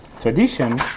tradition